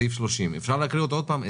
סעיף 30. אפשר לקרוא אותו שוב?